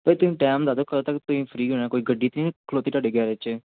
ਭਾਅ ਜੀ ਤੁਸੀਂ ਟਾਈਮ ਦੱਸ ਦਿਓ ਕਦੋਂ ਤੱਕ ਤੁਸੀਂ ਫਰੀ ਹੋਣਾ ਕੋਈ ਗੱਡੀ ਤਾਂ ਨਹੀਂ ਖਲੋਤੀ ਤੁਹਾਡੇ ਗਰੇਜ 'ਚ